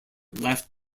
left